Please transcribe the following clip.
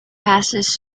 passes